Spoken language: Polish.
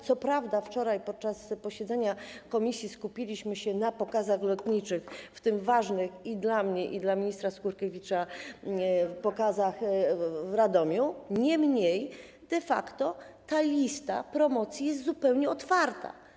Co prawda wczoraj podczas posiedzenia komisji skupiliśmy się na pokazach lotniczych, w tym ważnych dla mnie i dla ministra Skurkiewicza pokazach w Radomiu, niemniej lista promocji jest zupełnie otwarta.